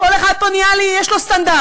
כל אחד פה, יש לו סטנדרטים.